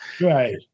Right